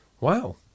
wow